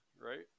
right